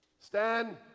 stand